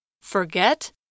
Forget